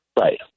Right